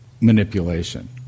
manipulation